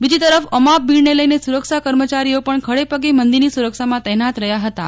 બીજી તરફ અમાપ ભીડને લઈને સુરક્ષા કર્મચારીઓ પણ ખડેપગે મંદિરની સુરક્ષામાં તહેનાત રહ્યાં હતાં